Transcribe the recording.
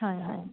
হয় হয়